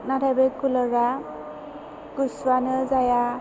नाथाय बे कुलारा गुसुआनो जाया